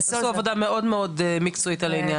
עשו עבודה מאוד מאוד מקצועית על העניין הזה.